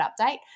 update